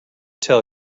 tell